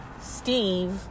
Steve